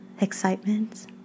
Excitement